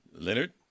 Leonard